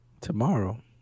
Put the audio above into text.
Tomorrow